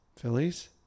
Phillies